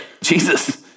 Jesus